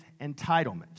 entitlement